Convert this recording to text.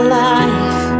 life